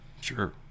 Sure